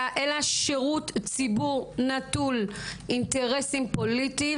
אלא שירות הציבור נטול אינטרסים פוליטיים,